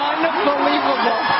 Unbelievable